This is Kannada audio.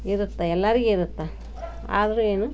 ಇರುತ್ತೆ ಎಲ್ಲಾರಿಗಿರುತ್ತೆ ಆದರೂ ಏನು ಕಷ್ಟ